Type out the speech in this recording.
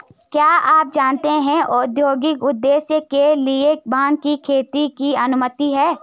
क्या आप जानते है औद्योगिक उद्देश्य के लिए भांग की खेती की अनुमति है?